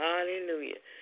Hallelujah